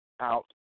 out